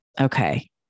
Okay